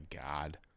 God